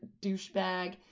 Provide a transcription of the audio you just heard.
douchebag